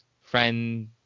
friend